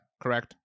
correct